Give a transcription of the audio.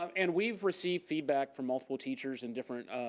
um and we've received feedback from multiple teachers in different